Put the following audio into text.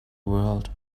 world